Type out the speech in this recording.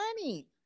money